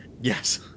Yes